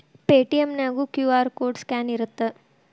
Paytm ನ್ಯಾಗು QR code scan ಇರತ್ತ